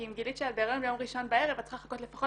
כי אם גילית שאת בהריון ביום ראשון בערב את צריכה לחכות לפחות